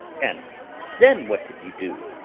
and then what did you do?